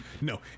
No